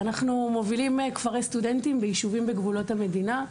אנחנו מובילי כפרי סטודנטים ביישובים בגבולות המדינה.